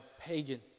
pagan